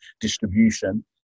distribution